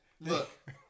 look